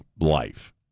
life